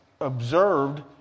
observed